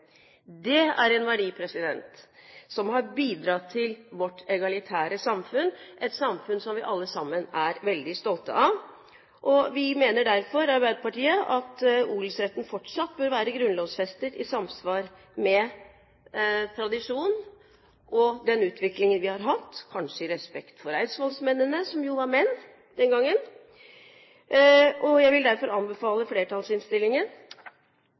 Det er en verdi som har bidratt til vårt egalitære samfunn, et samfunn som vi alle sammen er veldig stolte av. Vi mener derfor fra Arbeiderpartiets side at odelsretten fortsatt bør være grunnlovfestet i samsvar med tradisjonen og den utviklingen vi har hatt – kanskje av respekt for eidsvollsmennene, som jo var menn den gangen. Jeg vil derfor anbefale flertallsinnstillingen